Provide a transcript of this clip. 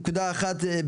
נקודה אחת,